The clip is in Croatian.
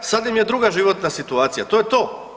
Sada im je druga životna situacija to je to.